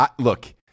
Look